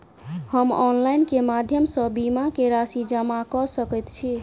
हम ऑनलाइन केँ माध्यम सँ बीमा केँ राशि जमा कऽ सकैत छी?